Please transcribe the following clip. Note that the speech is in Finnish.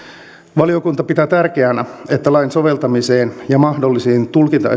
valiokunta pitää tärkeänä että lain soveltamiseen ja mahdollisiin